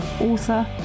author